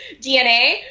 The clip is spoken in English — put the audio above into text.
dna